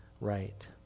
right